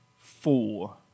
Four